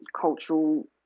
cultural